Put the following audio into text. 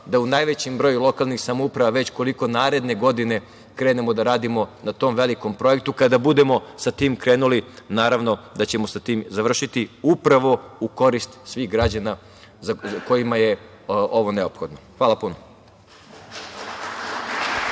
da u najvećem broju lokalnih samouprava, već koliko naredne godine krenemo da radimo na tom velikom projektu. Kada budemo sa tim krenuli, naravno, da ćemo sa tim završiti upravo u korist svih građana kojima je ovo neophodno. Hvala.